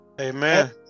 Amen